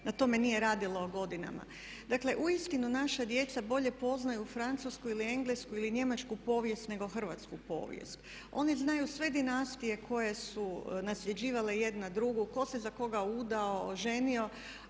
na tome nije radilo godinama. Dakle, uistinu naša djeca bolje poznaju Francusku ili Englesku ili Njemačku povijest nego hrvatsku povijest. Oni znaju sve dinastije koje su nasljeđivale jedna drugu, tko se za koga udao, oženio.